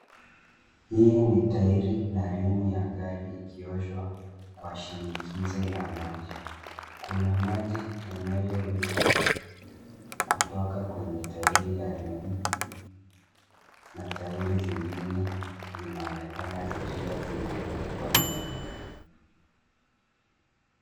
Hii ni tairi na rimu ya gari ikioshwa kwa shinikizo la maji. Kuna maji yanayoruka kutoka kwenye tairi ya rimu na tairi zengine zinaonekana zikiwa zimerundikwa nyuma.